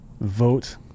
vote